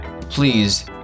please